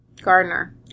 Gardner